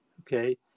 Okay